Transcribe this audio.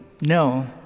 No